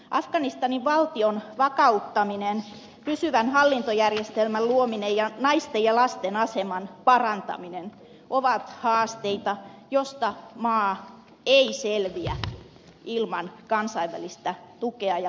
afganistanin valtion vakauttaminen pysyvän hallintojärjestelmän luominen ja naisten ja lasten aseman parantaminen ovat haasteita joista maa ei selviä ilman kansainvälistä tukea ja läsnäoloa